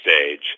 stage